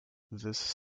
this